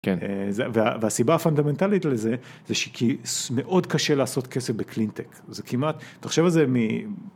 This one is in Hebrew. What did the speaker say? כן והסיבה הפונדמנטלית לזה זה שכי מאוד קשה לעשות כסף בקלינטק. זה כמעט... תחשוב על זה מ...